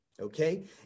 okay